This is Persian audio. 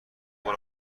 برو